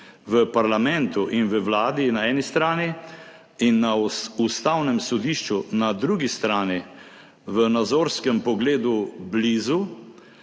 v parlamentu in v Vladi na eni strani in na Ustavnem sodišču na drugi strani v nazorskem pogledu blizu,